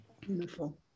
Beautiful